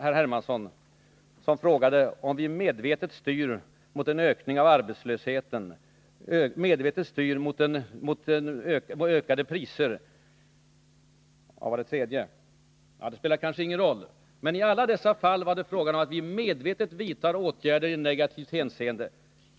Hermansson gjorde gällande att vi i dessa fall medvetet vidtar åtgärder i negativt hänseende.